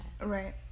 Right